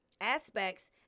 aspects